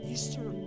Easter